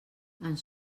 ens